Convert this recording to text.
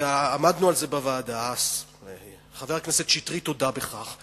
ועמדנו על זה בוועדה, חבר הכנסת שטרית הודה בכך.